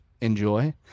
enjoy